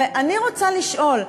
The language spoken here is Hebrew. ואני רוצה לשאול,